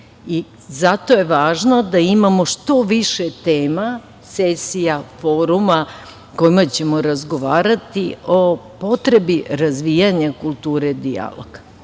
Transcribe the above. je važno da imamo što više tema, sesija, foruma na kojima ćemo razgovarati o potrebi razvijanja kulture dijaloga.